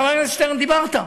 חבר הכנסת שטרן, דיברת,